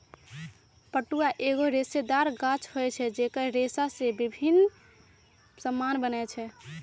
पटुआ एगो रेशेदार गाछ होइ छइ जेकर रेशा से भिन्न भिन्न समान बनै छै